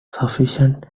sufficient